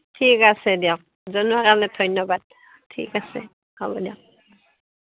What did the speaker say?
ঠিক আছে দিয়ক জনোৱাৰ কাৰণে ধন্যবাদ ঠিক আছে হ'ব দিয়ক